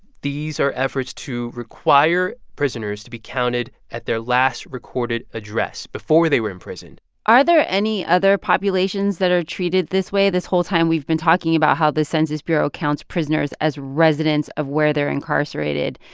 these are efforts to require prisoners to be counted at their last recorded address before they were in prison are there any other populations that are treated this way? this whole time we've been talking about how the census bureau counts prisoners as residents of where they're incarcerated.